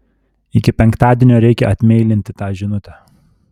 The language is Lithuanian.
iki penktadienio reikia atmeilinti tą žinutę